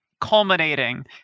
culminating